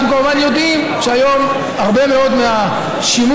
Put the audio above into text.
אנחנו כמובן יודעים שהיום הרבה מאוד מהשימוש